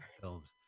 films